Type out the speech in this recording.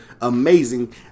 amazing